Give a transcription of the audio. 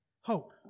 Hope